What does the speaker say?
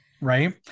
right